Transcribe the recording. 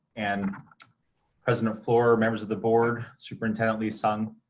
and president fluor, members of the board, superintendent lee-sung.